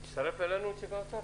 האם נציג האוצר חזר?